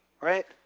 right